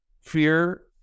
fear